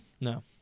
No